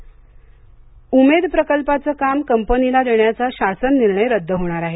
उमेद उमेद प्रकल्पाचं काम कंपनीला देण्याचा शासन निर्णय रद्द होणार आहे